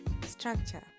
structure